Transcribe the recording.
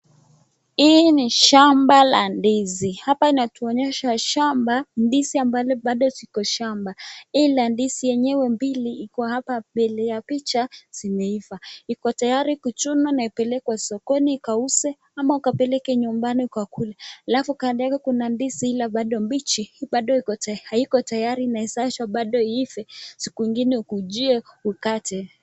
Hii ni shamba ya ndizi, hapa inatuonyesha shamba ndizi ambazo bado ziko shamba ila ndizi yenyewe mbili iko hapa mbele ya picha zimeivaa. Iko tayari kuchunwa na ipelekwe sokoni ikauzwe ama ikapelekwe nyumbani ukakule alafu kando yake kuna ndizi ile bado mbichi bado haiko tayari inaweza achwa bado iive siku ingine ukujie ukate.